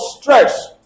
stress